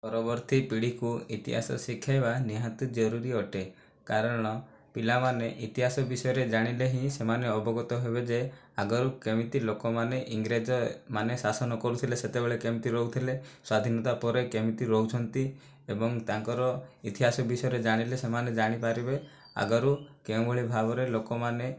ପରବର୍ତ୍ତୀ ପିଢ଼ିକୁ ଇତିହାସ ଶିଖାଇବା ନିହାତି ଜରୁରୀ ଅଟେ କାରଣ ପିଲାମାନେ ଇତିହାସ ବିଷୟରେ ଜାଣିଲେ ହିଁ ସେମାନେ ଅବଗତ ହେବେ ଯେ ଆଗରୁ କେମିତି ଲୋକମାନେ ଇଂରେଜ ମାନେ ଶାସନ କରୁଥିଲେ ସେତେବେଳେ କେମିତି ରହୁଥିଲେ ସ୍ଵାଧୀନତା ପରେ କେମିତି ରହୁଛନ୍ତି ଏବଂ ତାଙ୍କର ଇତିହାସ ବିଷୟରେ ଜାଣିଲେ ସେମାନେ ଜାଣିପାରିବେ ଆଗରୁ କେଉଁଭଳି ଭାବରେ ଲୋକମାନେ